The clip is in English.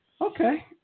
Okay